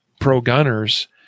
pro-gunners